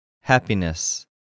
Happiness